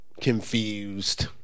Confused